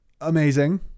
Amazing